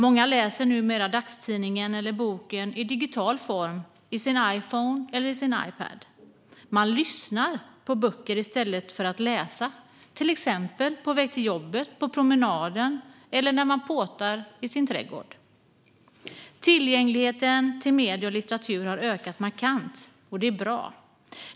Många läser numera dagstidningen eller boken i digital form i sin Iphone eller i sin Ipad. Man lyssnar på böcker i stället för att läsa, till exempel på väg till jobbet, på promenaden eller när man påtar i sin trädgård. Tillgängligheten till medier och litteratur har ökat markant, och det är bra.